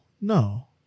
No